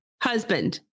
husband